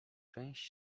część